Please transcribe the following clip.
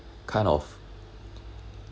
kind of